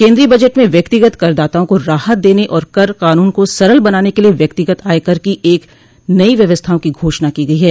केन्द्रीय बजट में व्यक्तिगत करदाताओं को राहत देने और कर कानून को सरल बनाने के लिए व्यक्तिगत आयकर की एक नई व्यवस्थाओं की घोषणा की गई है